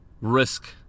risk